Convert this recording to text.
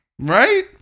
Right